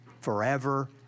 forever